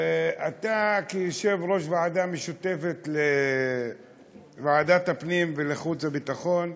ואתה כיושב-ראש ועדה משותפת לוועדת הפנים והחוץ והביטחון,